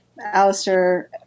Alistair